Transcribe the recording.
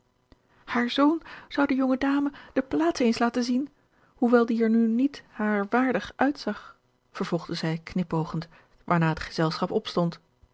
haar zoon zou de jonge dame de plaats eens laten zien hoewel die er nu niet harer waardig uitzag vervolgde zij knipoogend waarna het gezelschap opstond